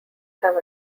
have